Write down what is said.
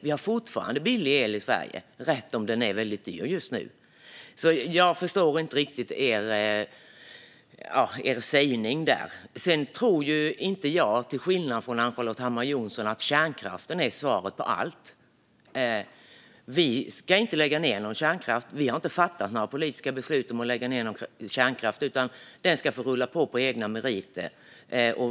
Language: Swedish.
Vi har fortfarande billig el i Sverige, även om den är väldigt dyr just nu, så jag förstår inte riktigt er sägning där. Sedan tror inte jag, till skillnad från Ann-Charlotte Hammar Johnsson, att kärnkraften är svaret på allt. Vi ska inte lägga ned någon kärnkraft. Vi har inte fattat några politiska beslut om att lägga ned någon kärnkraft, utan den ska få rulla på på egna meriter.